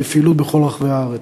בפעילות בכל רחבי הארץ.